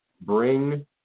bring